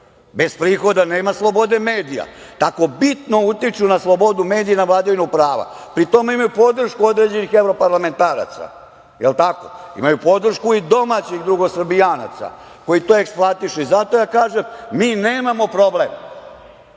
bez prihoda nema slobode medija, tako bitno utiču na slobodu medija i na vladavinu prava. Pri tome, imaju podršku određenih evroparlamentaraca. Jel tako? Imaju podršku i domaćih drugosrbijanaca koji to eksploatišu. Zato kažem – mi nemamo problem